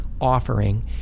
offering